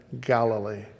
Galilee